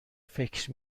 فکر